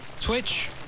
Twitch